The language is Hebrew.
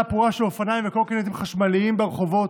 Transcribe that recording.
הפרועה של אופניים וקורקינטים חשמליים ברחובות.